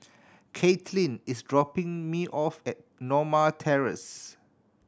Kaitlyn is dropping me off at Norma Terrace